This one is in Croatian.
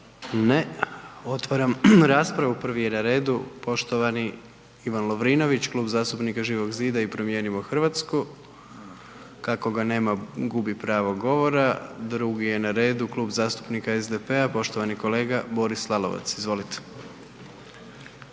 Ne. Otvaram raspravu, prvi je na redu poštovani Ivan Lovrinović, Klub zastupnika Živog zida i Promijenimo Hrvatsku, kako ga nema, gubi pravo govora. Drugi je na redu Klub zastupnika SDP-a Boris Lalovac, izvolite.